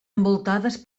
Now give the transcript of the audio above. envoltades